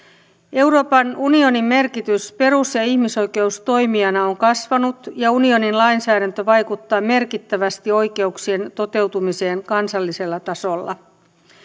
euroopan unionin merkitys perus ja ja ihmisoikeustoimijana on kasvanut ja unionin lainsäädäntö vaikuttaa merkittävästi oikeuksien toteutumiseen kansallisella tasolla